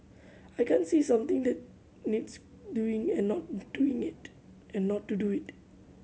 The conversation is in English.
I can't see something that needs doing and not doing it and not to do it